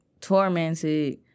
tormented